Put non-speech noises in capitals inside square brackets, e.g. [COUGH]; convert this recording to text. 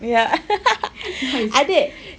ya [LAUGHS] adik